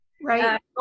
Right